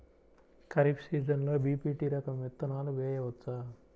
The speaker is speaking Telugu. ఖరీఫ్ సీజన్లో బి.పీ.టీ రకం విత్తనాలు వేయవచ్చా?